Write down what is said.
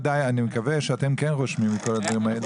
מקווה שאתם כן רושמים את כל הדברים האלה.